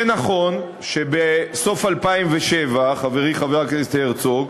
זה נכון שבסוף 2007, חברי חבר הכנסת הרצוג,